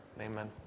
amen